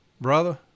Brother